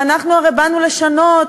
ואנחנו הרי באנו לשנות,